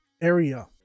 area